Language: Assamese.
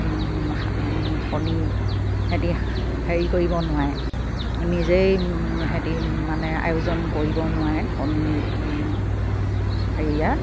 কণী সিহঁতি হেৰি কৰিব নোৱাৰে নিজেই সিহঁতি মানে আয়োজন কৰিব নোৱাৰে কণী হেৰিয়া